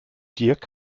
dirk